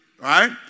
right